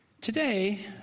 Today